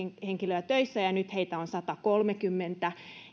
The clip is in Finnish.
henkilöä töissä ja nyt heitä on satakolmekymmentä